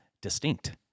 distinct